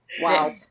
wow